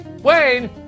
Wayne